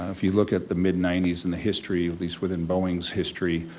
if you look at the mid ninety s and the history, at least within boeing's history,